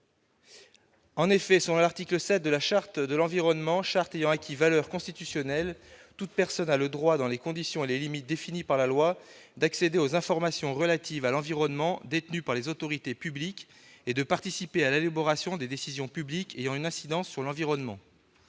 En effet, selon l'article 7 de la Charte de l'environnement, charte ayant acquis valeur constitutionnelle, « toute personne a le droit, dans les conditions et les limites définies par la loi, d'accéder aux informations relatives à l'environnement détenues par les autorités publiques et de participer à l'élaboration des décisions publiques ayant une incidence sur l'environnement